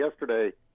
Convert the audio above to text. yesterday